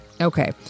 Okay